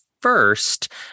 first